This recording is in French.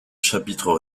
chapitres